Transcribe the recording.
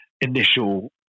initial